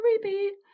Creepy